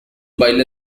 baile